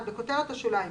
אין בו תשובות פשוטות.